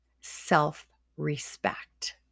self-respect